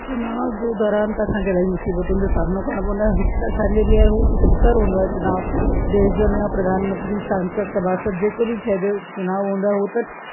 चुनाव जे दौरान त असांखे इलाही मुसिबतुनि जो सामिनो करिणो पवंदो आहे हिकु त असांजे लाइ हू हितकार हूंदो आहे चुनाव देश जो नयो प्रधानमंत्री सांसद सभा सद जेको बि शइ जो चुनाव हूंदो आहे उहो त